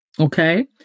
Okay